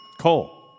Cole